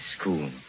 School